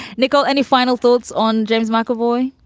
nicole, any final thoughts on james mcavoy?